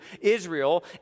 Israel